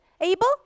Abel